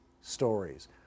stories